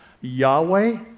Yahweh